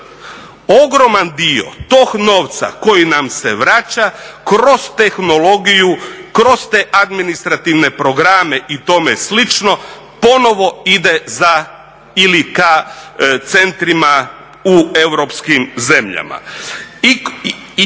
Ogroman dio tog novca koji nam se vraća kroz tehnologiju, kroz te administrativne programe i tome slično ponovo ide za ili ka centrima u europskim zemljama.